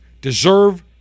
deserve